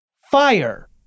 fire